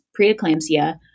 preeclampsia